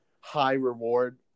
high-reward